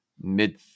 mid